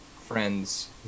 friends